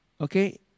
okay